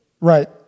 Right